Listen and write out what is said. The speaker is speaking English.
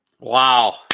Wow